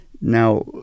Now